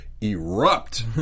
erupt